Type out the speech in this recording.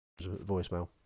Voicemail